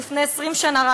כשלפני 20 שנה,